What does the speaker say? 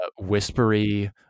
whispery